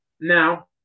Now